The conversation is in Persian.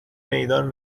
میدان